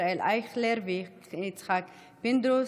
ישראל אייכלר ויצחק פינדרוס,